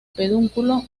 pedúnculo